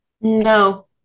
No